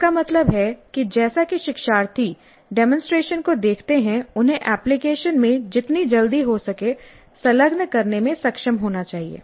इसका मतलब है कि जैसा कि शिक्षार्थी डेमोंसट्रेशन को देखते हैं उन्हें एप्लीकेशन में जितनी जल्दी हो सके संलग्न करने में सक्षम होना चाहिए